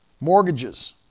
mortgages